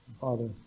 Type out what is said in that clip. Father